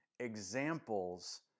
examples